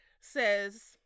says